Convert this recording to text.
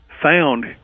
Found